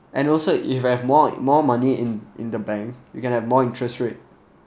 and also if I have more more money in in the bank you can have more interest rate